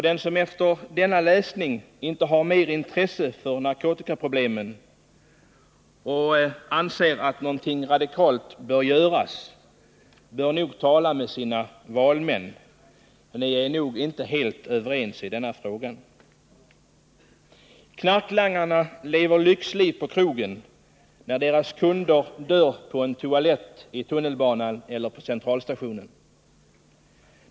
Den som efter denna läsning inte har mera intresse för narkotikaproblemen och anser att något radikalt bör göras bör tala med sina valmän. Ni är nog inte helt överens i denna fråga. Knarklangarna lever lyxliv på krogarna, när deras kunder dör på en toalett i tunnelbanan eller på centralstationen.